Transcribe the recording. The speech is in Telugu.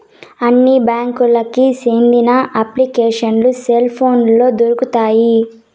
అన్ని బ్యాంకులకి సెందిన అప్లికేషన్లు సెల్ పోనులో దొరుకుతాయి